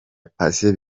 patient